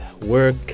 work